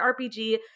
RPG